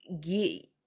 get